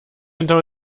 hinter